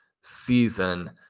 season